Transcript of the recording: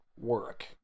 work